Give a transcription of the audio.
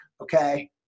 okay